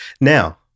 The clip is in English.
Now